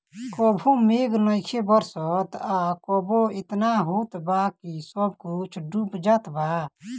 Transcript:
कबो मेघ नइखे बरसत आ कबो एतना होत बा कि सब कुछो डूब जात बा